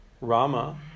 Rama